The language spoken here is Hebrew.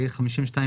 הכנסת".